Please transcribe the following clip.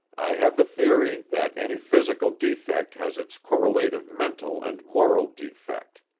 i have a theory that any physical defect has its correlative mental and moral defect.